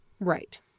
Right